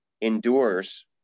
endures